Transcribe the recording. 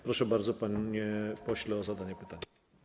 Proszę bardzo, panie pośle, o zadanie pytania.